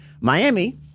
Miami